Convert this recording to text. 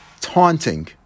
taunting